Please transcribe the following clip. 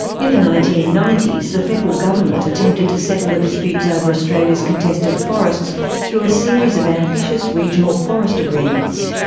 in the nineteen ninety s, the federal government attempted to settle the disputes over australia's contested forests through a series of ambitious regional forest agreements.